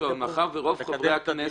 לא קשור, אבל מאחר ורוב חברי הכנסת